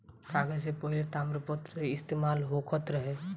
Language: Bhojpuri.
कागज से पहिले तामपत्र इस्तेमाल होखत रहे